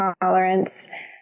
tolerance